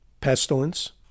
pestilence